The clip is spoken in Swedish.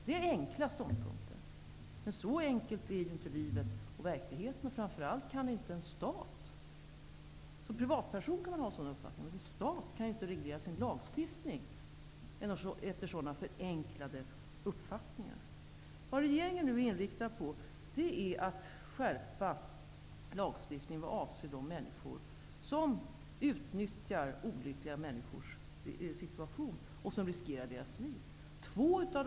Det här är enkla ståndpunkter. Men så enkelt är det inte i verkligheten. Som privatperson kan man ha nämnda uppfattning. Men staten kan inte reglera lagstiftningen efter sådana förenklingar. Vad regeringen nu är inriktad på är en skärpning av lagstiftningen vad avser dem som utnyttjar olyckliga människors situation och som riskerar dessa människors liv.